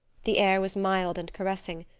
the air was mild and caressing,